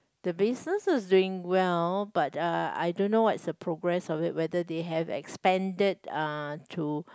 the bases is doing well but uh I don't know what's the progress of it whether they had expanded uh to